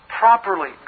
properly